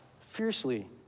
fiercely